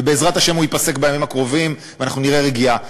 ובעזרת השם הוא ייפסק בימים הקרובים ונראה רגיעה.